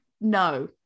no